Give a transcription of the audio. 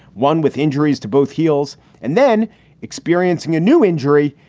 one with injuries to both heals and then experiencing a new injury.